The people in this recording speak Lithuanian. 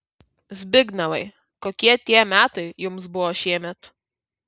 zbignevai kokie tie metai jums buvo šiemet